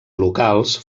locals